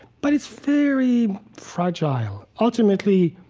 but it's very fragile. ultimately,